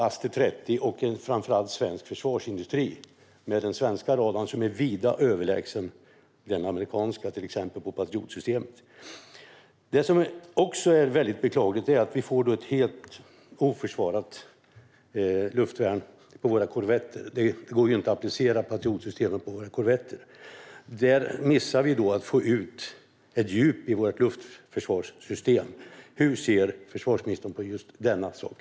Aster 30 och framför allt svensk försvarsindustri med den svenska radarn är vida överlägsen det amerikanska alternativet, Patriotsystemet. Det är beklagligt att vi kommer att få ett helt oförsvarat luftvärn, eftersom det inte går att applicera Patriotsystemet på våra korvetter. Vi kommer att gå miste om ett djup i vårt luftförsvarssystem. Hur ser försvarsministern på just denna sak?